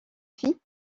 filles